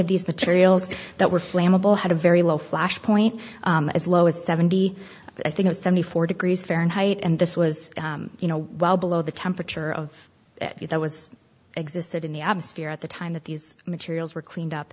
of these materials that were flammable had a very low flash point as low as seventy i think it's seventy four degrees fahrenheit and this was you know well below the temperature of you that was existed in the atmosphere at the time that these materials were cleaned up